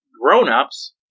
grown-ups